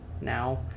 Now